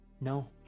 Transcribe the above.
No